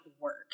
work